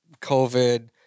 COVID